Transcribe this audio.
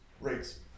rates